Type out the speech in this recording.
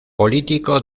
político